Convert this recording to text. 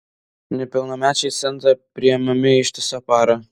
nepilnamečiai į centrą priimami ištisą parą